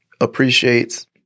appreciates